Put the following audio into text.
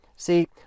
See